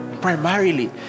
primarily